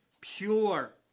pure